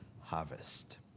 harvest